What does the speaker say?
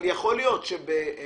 אבל יכול להיות שבאשכולות